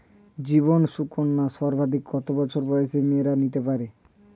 জীবন সুকন্যা সর্বাধিক কত বছর বয়সের মেয়েরা নিতে পারে?